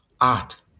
art